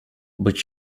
but